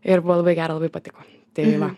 ir buvo labai gera labai patiko tai va